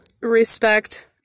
respect